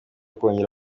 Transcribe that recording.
kongera